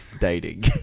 Dating